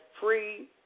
free